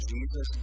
Jesus